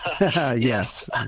Yes